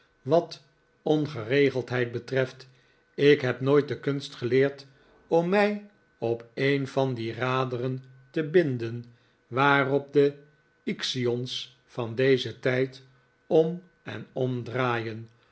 wat ongeregeldheid betreft ik heb nooit de kunst geleerd om mij op een van die raderen te binden waarop de ixion's van dezen tijd om en om